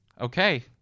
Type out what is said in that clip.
Okay